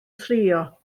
trio